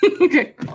Okay